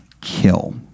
kill